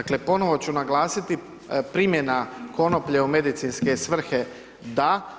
Dakle, ponovo ću naglasiti, primjena konoplje u medicinske svrhe DA.